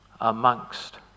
amongst